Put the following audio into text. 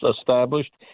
established